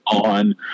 on